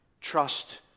Trust